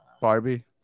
Barbie